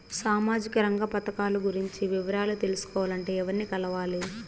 సామాజిక రంగ పథకాలు గురించి వివరాలు తెలుసుకోవాలంటే ఎవర్ని కలవాలి?